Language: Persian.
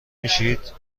میشید